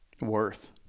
worth